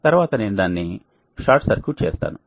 తరువాత నేను దానిని షార్ట్ సర్క్యూట్ చేస్తాను